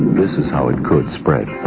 this is how it could spread.